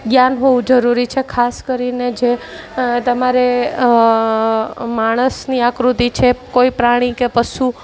જ્ઞાન હોવું જરૂરી છે ખાસ કરીને જે તમારે માણસની આકૃતિ છે કોઈ પ્રાણી કે પશુ